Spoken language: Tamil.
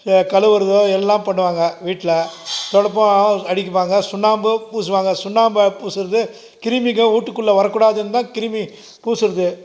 இல்லை கழுவறதோ எல்லாம் பண்ணுவாங்க வீட்டில் துடைப்பம் அடிக்குவாங்க சுண்ணாம்பு பூசுவாங்க சுண்ணாம்பை பூசுவது கிருமிங்க வீட்டுக்குள்ள வரக் கூடாதுன்னு தான் கிருமி பூசுவது